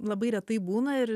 labai retai būna ir